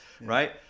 Right